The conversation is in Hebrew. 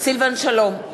סילבן שלום,